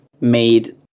made